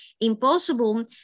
impossible